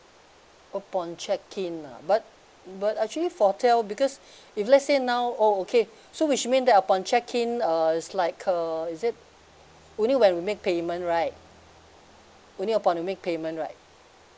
upon check in ah but but actually for hotel because if let's say now oh okay so which mean that upon check in uh is like uh is it only when we make payment right only upon the make payment right